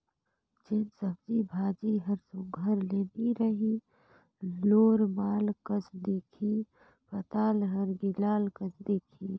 जेन सब्जी भाजी हर सुग्घर ले नी रही लोरमाल कस दिखही पताल हर गिलाल कस दिखही